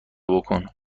بکن